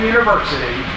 University